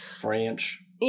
French